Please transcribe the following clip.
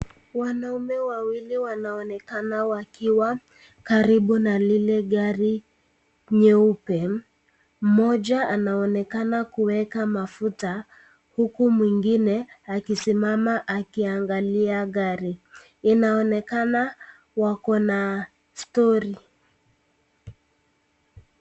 Wanaume wawili wanaonekana wakiwa karibu na lile gari nyeupe, mmoja anaonekana kuweka mafuta huku mwingine akisimama akiangalia gari. Inaonekana wako na(cs) stori(cs).